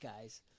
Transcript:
guys